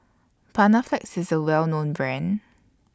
Panaflex IS A Well known Brand